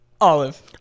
Olive